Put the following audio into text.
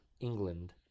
england